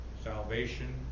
Salvation